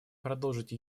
продолжить